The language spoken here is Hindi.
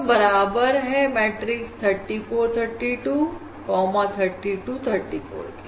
जो बराबर है मैट्रिक्स 34 32 32 34 के